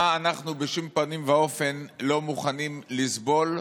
מה אנחנו בשום פנים ואופן לא מוכנים לסבול.